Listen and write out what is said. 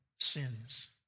sins